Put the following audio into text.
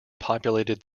populated